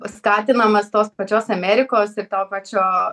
skatinamas tos pačios amerikos ir to pačio